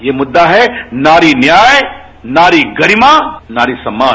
ये मुद्दा है नारी न्याय नारी गरिमा नारी सम्मान